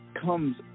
comes